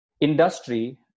industry